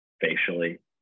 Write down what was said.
facially